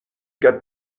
get